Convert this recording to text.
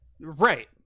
Right